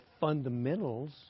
fundamentals